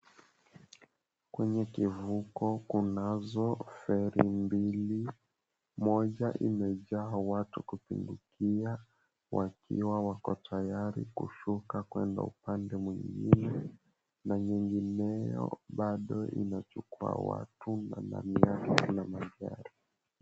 Kwenye kivuko kunazo feri mbili, moja imejaa watu kupindukia wakiwa wako tayari kuvuka kwenda upande mwingine na nyingineyo bado inachukua watu na ndani yake kuna magari.